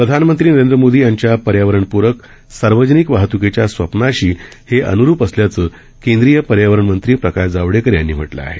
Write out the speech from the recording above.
प्रधानमंत्री नरेन्द्र मोदी यांच्या पर्यावरणपूरक सार्वजनिक वाहत्कीच्या स्वप्नाशी हे अन्रुप असल्याचं केन्द्रीय पर्यावरण मंत्री प्रकाश जावडेकर यांनी म्हटलं आहे